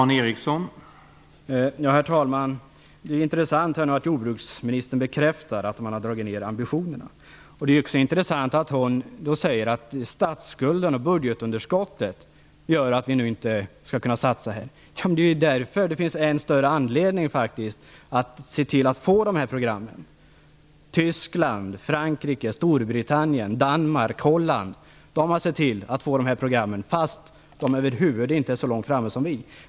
Herr talman! Det är intressant att jordbruksministern nu bekräftar att man har dragit ner ambitionerna. Det är också intressant att hon säger att statsskulden och budgetunderskottet gör att vi nu inte kan satsa. Men det är ju därför som det finns än större anledning att se till att få de här programmen. Tyskland, Frankrike, Storbritannien, Danmark och Holland har sett till att få de här programmen, fast de inte har nått så långt som vi.